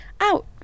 out